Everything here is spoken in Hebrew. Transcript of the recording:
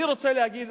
אני רוצה לומר,